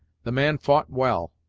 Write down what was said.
the man fou't well,